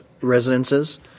residences